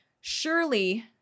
surely